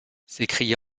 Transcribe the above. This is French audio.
s’écria